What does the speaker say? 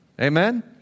Amen